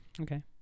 Okay